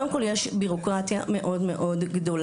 קודם כול יש ביורוקרטיה מאוד מאוד גדולה.